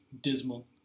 dismal